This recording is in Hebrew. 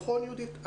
נכון, יהודית?